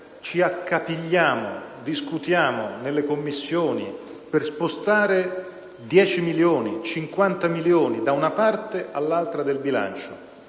ci accapigliamo e discutiamo nelle Commissioni per spostare 10 o 50 milioni da una parte all'altra del bilancio,